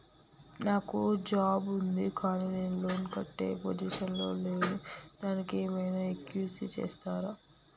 నాకు జాబ్ ఉంది కానీ నేను లోన్ కట్టే పొజిషన్ లా లేను దానికి ఏం ఐనా ఎక్స్క్యూజ్ చేస్తరా?